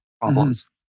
problems